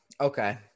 Okay